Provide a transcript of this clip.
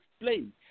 explain